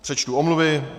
Přečtu omluvy.